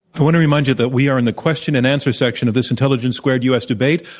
i want to remind you that we are in the question and answer section of this intelligence squared u. s. debate.